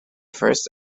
first